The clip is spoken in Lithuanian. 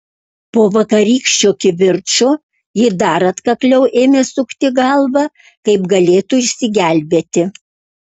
po vakarykščio kivirčo ji dar atkakliau ėmė sukti galvą kaip galėtų išsigelbėti